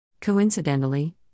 Coincidentally